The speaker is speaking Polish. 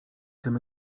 tym